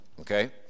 okay